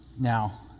Now